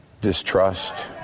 distrust